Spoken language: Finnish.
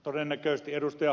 todennäköisesti ed